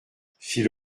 fit